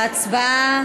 ההצבעה